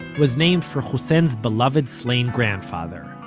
was named for hussein's beloved slain grandfather,